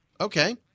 Okay